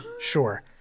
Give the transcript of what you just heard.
Sure